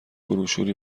بروشوری